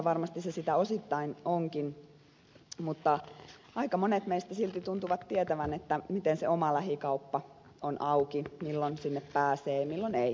varmasti se sitä osittain onkin mutta aika monet meistä silti tuntuvat tietävän miten se oma lähikauppa on auki milloin sinne pääsee milloin ei